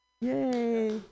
Yay